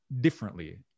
differently